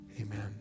Amen